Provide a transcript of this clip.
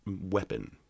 weapon